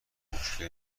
مشکلی